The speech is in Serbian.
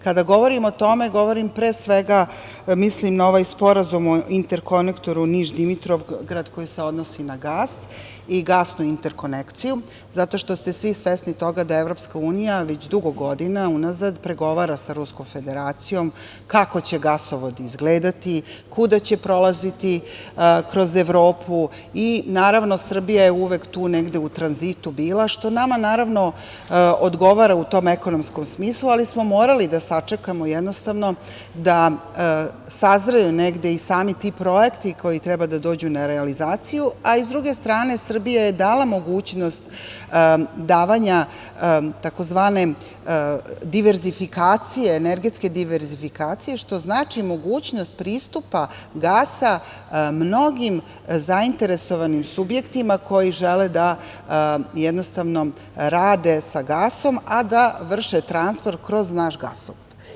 Kada govorim o tome, mislim na Sporazum o interkonektoru Niš – Dimitrovgrad koji se odnosi na gas i gasnu interkonekciju zato što ste svi svesni toga da EU već dugo godina unazad pregovara sa Ruskom Federacijom kako će gasovod izgledati, kuda će prolaziti kroz Evropu i Srbija je uvek tu negde u tranzitu bila, što nama, naravno, odgovara u tom ekonomskom smislu, ali smo morali da sačekamo da sazru sami ti projekti koji treba da dođu na realizaciju, a i, sa druge strane, Srbija je dala mogućnost davanja tzv. diverzifikacije, energetske diverzifikacije, što znači mogućnost pristupa gasa mnogim zainteresovanim subjektima koji žele da rade sa gasom, a da vrše transport kroz naš gasovod.